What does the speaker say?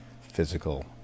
physical